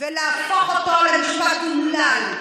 ולהפוך אותו למשפט אומלל.